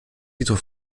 titres